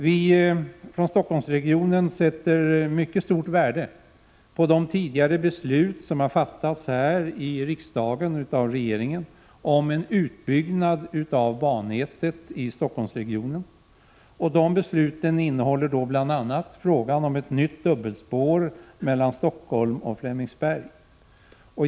Vi från Stockholmsregionen sätter mycket stort värde på de tidigare beslut som har fattats här i riksdagen och av regeringen om en utbyggnad av bannätet i Stockholmsregionen. De besluten innehåller bl.a. frågan om ett nytt dubbelspår mellan Stockholm och Flemingsberg.